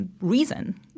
reason